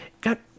got